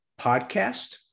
podcast